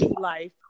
life